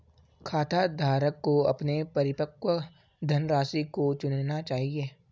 खाताधारक को अपने परिपक्व धनराशि को चुनना चाहिए